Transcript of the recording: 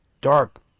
dark